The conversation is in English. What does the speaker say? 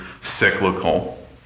cyclical